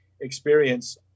experience